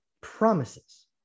promises